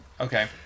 okay